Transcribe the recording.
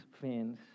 fans